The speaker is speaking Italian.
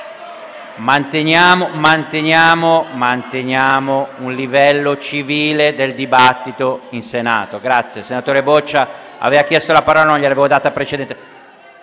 Manteniamo un livello civile del dibattito.